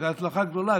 שהייתה הצלחה גדולה,